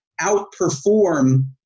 outperform